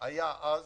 שהיה אז,